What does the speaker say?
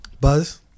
Buzz